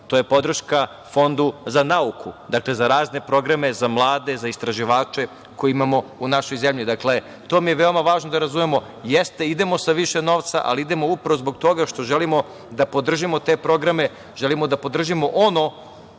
To je podrška Fondu za nauku, za razne programe, za mlade, za istraživače koji imamo u našoj zemlji. Dakle, to mi je veoma važno da razumemo. Jeste, idemo sa više novca, ali idemo upravo zbog toga što želimo da podržimo te programe, želimo da podržimo ono,